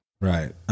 Right